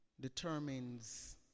determines